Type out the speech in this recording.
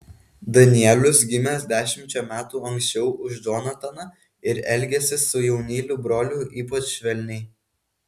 danielius gimęs dešimčia metų anksčiau už džonataną ir elgęsis su jaunyliu broliu ypač švelniai